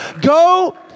go